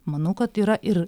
manau kad yra ir